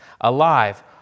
alive